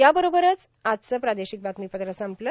याबरोबरच आजचं प्रार्दोशक बातमीपत्र संपलं